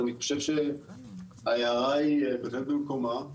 אז אני חושב שההערה היא בהחלט במקומה.